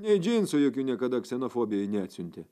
nei džinsų jokių niekada ksenofobijai neatsiuntė